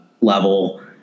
level